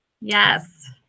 Yes